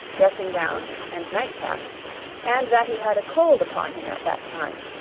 dressing-gown, and nightcap and that he had a cold upon him at that time.